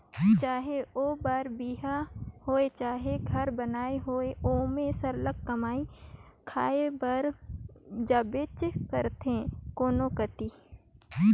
चहे ओ बर बिहा होए चहे घर बनई होए ओमन सरलग कमाए खाए बर जाबेच करथे कोनो कती